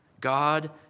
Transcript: God